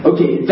Okay